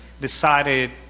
decided